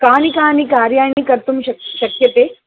कानि कानि कार्याणि कर्तुं शक्यते